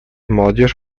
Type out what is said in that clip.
молодежь